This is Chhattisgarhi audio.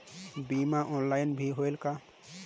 बीमा ऑनलाइन भी होयल का?